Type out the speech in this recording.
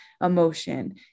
emotion